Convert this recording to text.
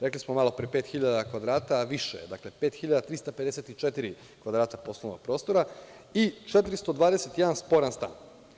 Rekli smo malopre pet hiljada kvadrata, a više je, dakle 5.354 kvadrata poslovnog prostora i 421 sporan stan.